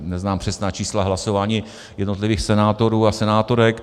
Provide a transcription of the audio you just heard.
Neznám přesná čísla hlasování jednotlivých senátorů a senátorek.